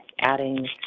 Adding